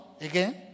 again